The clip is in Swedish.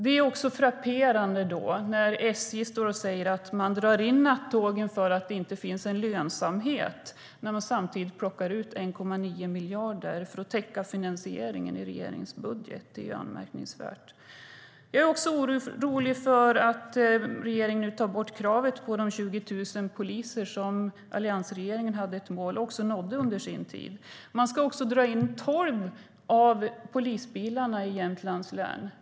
Det är frapperande att SJ säger att man drar in nattågen för att det inte finns en lönsamhet när man samtidigt plockar ut 1,9 miljarder för att täcka finansieringen i regeringens budget. Det är anmärkningsvärt. Jag är orolig för att regeringen nu tar bort kravet på de 20 000 poliser som alliansregeringen hade som ett mål och också nådde under sin tid. Man ska dra in tolv av polisbilarna i Jämtlands län.